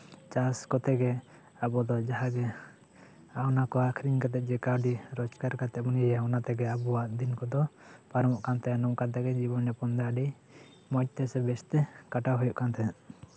ᱪᱟᱥ ᱠᱚᱛᱮᱜᱮ ᱟᱵᱚ ᱫᱚ ᱡᱟᱦᱟᱸᱜᱮ ᱚᱱᱟ ᱠᱚ ᱟᱠᱷᱨᱤᱧ ᱠᱟᱛᱮᱜ ᱡᱮ ᱠᱟᱹᱣᱰᱤ ᱨᱳᱡᱜᱟᱨ ᱠᱟᱛᱮᱜ ᱵᱚᱱ ᱤᱭᱟᱹᱭᱟ ᱚᱱᱟ ᱜᱮ ᱟᱵᱚᱣᱟᱜ ᱫᱤᱱ ᱠᱚᱫᱚ ᱯᱟᱨᱚᱢᱚᱜ ᱠᱟᱱᱛᱮ ᱱᱚᱝᱠᱟ ᱛᱮᱜᱮ ᱡᱤᱵᱚᱱ ᱡᱟᱯᱚᱱ ᱫᱚ ᱟᱹᱰᱤ ᱢᱚᱡᱽ ᱛᱮᱥᱮ ᱵᱮᱥ ᱛᱮ ᱠᱟᱴᱟᱣ ᱦᱩᱭᱩᱜ ᱠᱟᱱ ᱛᱟᱦᱮᱸᱜ